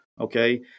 okay